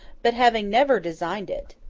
but having never designed it.